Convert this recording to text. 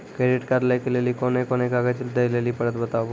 Credit card लै के लेली कोने कोने कागज दे लेली पड़त बताबू?